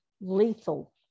lethal